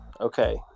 Okay